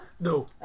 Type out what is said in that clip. No